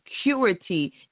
security